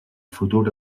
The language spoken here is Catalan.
futur